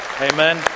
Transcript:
Amen